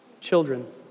Children